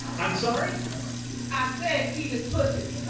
i'm sorry i said edith puthie